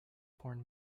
porn